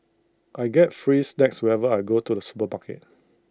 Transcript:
I get free snacks whenever I go to the supermarket